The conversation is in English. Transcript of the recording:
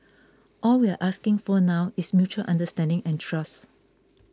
all we're asking for now is mutual understanding and trust